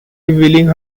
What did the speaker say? revealing